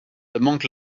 monk